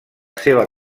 seva